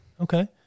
Okay